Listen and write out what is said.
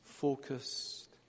Focused